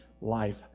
life